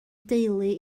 deulu